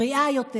בריאה יותר,